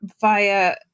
via